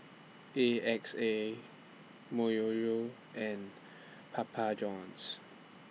A X A Myojo and Papa Johns